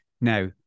Now